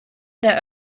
der